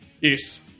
Yes